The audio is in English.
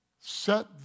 set